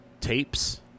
tapes